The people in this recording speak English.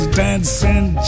dancing